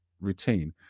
routine